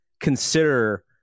consider